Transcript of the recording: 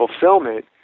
fulfillment